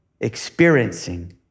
experiencing